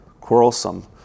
quarrelsome